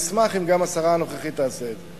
ואני אשמח אם גם השרה הנוכחית תעשה את זה.